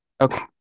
okay